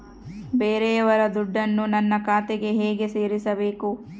ಬೇರೆಯವರ ದುಡ್ಡನ್ನು ನನ್ನ ಖಾತೆಗೆ ಹೇಗೆ ಸೇರಿಸಬೇಕು?